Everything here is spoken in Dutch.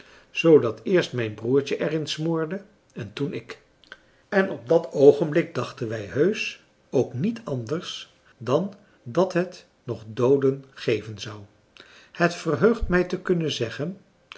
zoodat eerst mijn broertje er in smoorde en toen ik en op dat oogenblik dachten wij heusch ook niet anders dan dat het nog dooden geven zou het verheugt mij te kunnen zeggen